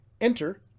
Enter